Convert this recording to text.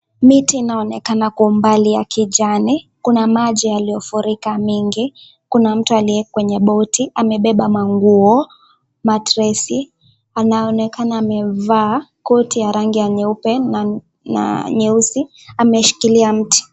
Miti inaonekana kwa umbali ya kijani. Kuna maji yaliyofurika mengi. Kuna mtu aliye kwenye boti , amebeba manguo matresi . Anaonekana amevaa koti ya rangi ya nyeupe na nyeusi, ameshikilia mti.